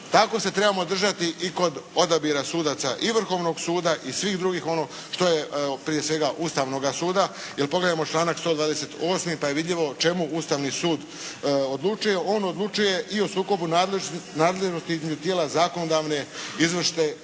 Tako se trebamo držati i kod odabira sudaca i Vrhovnog suda i svih drugih, ono što je, evo prije svega Ustavnoga suda. Jer pogledajmo članak 128., da je vidljivo o čemu Ustavni sud odlučuje. On odlučuje i o sukobu nadležnosti između tijela zakonodavne, izvršne